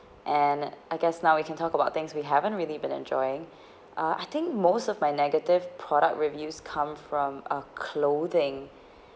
and I guess now we can talk about things we haven't really been enjoying uh I think most of my negative product reviews come from ah clothing